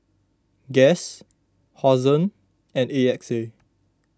Guess Hosen and A X A